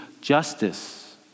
justice